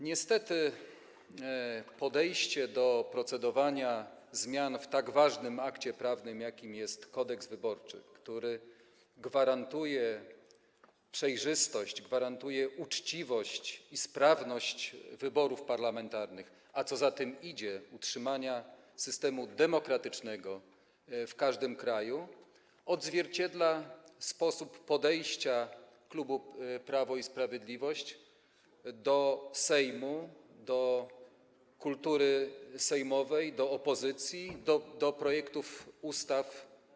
Niestety podejście do procedowania nad zmianami w tak ważnym akcie prawnym, jakim jest Kodeks wyborczy, który gwarantuje przejrzystość, uczciwość i sprawność wyborów parlamentarnych, a co za tym idzie - utrzymanie systemu demokratycznego w każdym kraju, odzwierciedla sposób podejścia klubu Prawo i Sprawiedliwość do Sejmu, do kultury sejmowej, do opozycji, w ogóle do projektów ustaw.